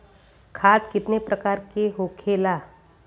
खाद कितने प्रकार के होखेला?